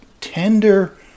tender